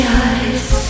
eyes